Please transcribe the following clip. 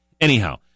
Anyhow